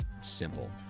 simple